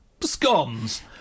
scones